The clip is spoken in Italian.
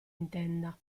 intenda